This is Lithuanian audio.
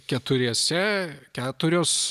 keturiese keturios